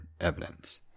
evidence